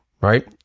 right